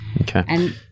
Okay